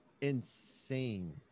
insane